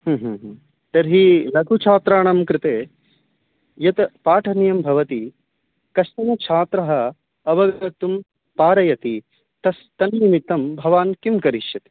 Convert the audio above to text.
ह्म् ह्म् ह्म् तर्हि लघुछात्राणां कृते यत् पाठनीयं भवति कश्चन छात्रः अवगन्तुं पारयति तस् तन्निमित्तं भवान् किं करिष्यति